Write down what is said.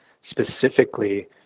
specifically